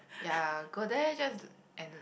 ya go there just and